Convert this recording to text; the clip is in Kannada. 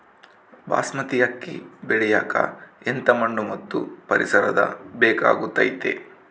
ಬಾಸ್ಮತಿ ಅಕ್ಕಿ ಬೆಳಿಯಕ ಎಂಥ ಮಣ್ಣು ಮತ್ತು ಪರಿಸರದ ಬೇಕಾಗುತೈತೆ?